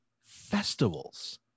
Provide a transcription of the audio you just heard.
festivals